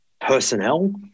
personnel